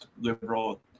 liberal